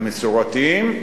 המסורתיים,